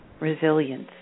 resilience